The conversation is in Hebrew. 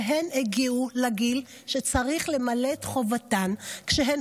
הן הגיעו לגיל שצריך למלא את חובתן כשהן